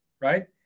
Right